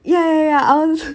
ya ya ya I was